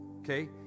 okay